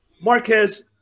Marquez